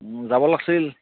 যাব লাগিছিল